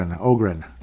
Ogren